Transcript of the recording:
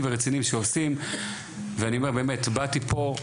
ורציניים שעושים ואני אומר באתי פה,